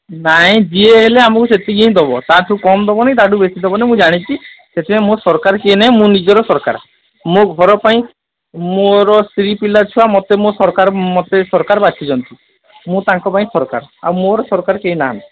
ନାଇଁ ଯିଏ ହେଲେ ଆମକୁ ସେତିକି ହିଁ ଦେବ ତାଠୁ କମ୍ ଦେବନି ତାଠୁ ବେଶୀ ଦେବନି ମୁଁ ଜାଣିଛି ସେଥିପାଇଁ ମୋର ସରକାର କିଏ ନାହିଁ ମୁଁ ନିଜର ସରକାର ମୁଁ ଘର ପାଇଁ ମୋର ସ୍ତ୍ରୀ ପିଲା ଛୁଆ ମୋତେ ମୋ ସରକାର ମୋତେ ସରକାର ବାଛିଛନ୍ତି ମୁଁ ତାଙ୍କ ପାଇଁ ସରକାର ଆଉ ମୋର ସରକାର କେହି ନାହାନ୍ତି